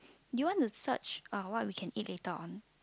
do you want to search uh what we can eat later on